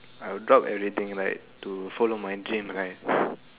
I will drop everything right to follow my dream right